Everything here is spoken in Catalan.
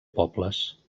pobles